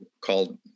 called